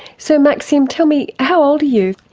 so maxim, tell me, how old are you?